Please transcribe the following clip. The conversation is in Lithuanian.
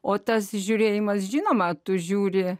o tas žiūrėjimas žinoma tu žiūri